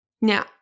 Now